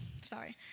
sorry